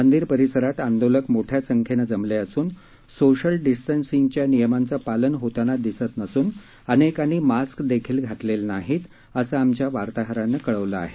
मंदीर परिसरात आंदोलक मोठ्या संख्येनं जमले असून सोशल डिस्टंगसिंगच्या नियमांचं पालन होताना दिसत नसून अनेकांनी मास्कदेखील घातलेले नाहीत असं आमच्या वार्ताहरानं कळवलं आहे